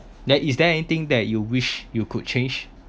then is there anything that you wish you could change